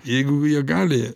jeigu jie gali